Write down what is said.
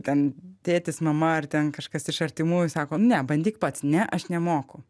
ten tėtis mama ar ten kažkas iš artimųjų sako ne bandyk pats ne aš nemoku